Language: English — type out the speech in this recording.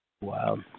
Wow